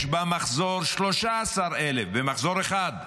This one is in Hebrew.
יש במחזור 13,000, במחזור אחד.